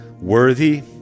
worthy